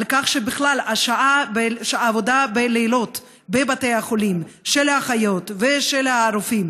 שבכלל העבודה בלילות בבתי החולים של האחיות ושל הרופאים